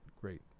great